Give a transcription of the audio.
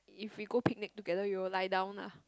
if we go picnic together you will lie down lah